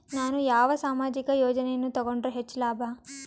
ನಾನು ಯಾವ ಸಾಮಾಜಿಕ ಯೋಜನೆಯನ್ನು ತಗೊಂಡರ ಹೆಚ್ಚು ಲಾಭ?